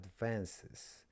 advances